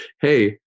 hey